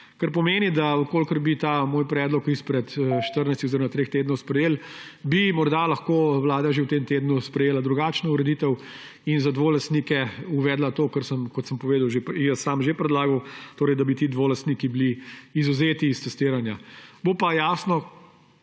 kar pomeni, da če bi ta moj predlog izpred 14 dni oziroma treh tednov sprejeli, bi morda lahko Vlada že v tem tednu sprejela drugačno ureditev in za dvolastnike uvedla to, kar sem, kot sem povedal, jaz sam že predlagal, torej da bi ti dvolastniki bili izvzeti iz testiranja. Bo pa,